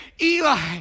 Eli